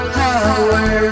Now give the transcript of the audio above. power